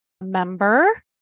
member